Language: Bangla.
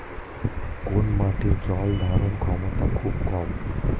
কোন মাটির জল ধারণ ক্ষমতা খুব কম?